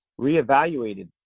reevaluated